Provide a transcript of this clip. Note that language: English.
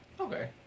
Okay